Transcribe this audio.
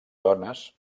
dones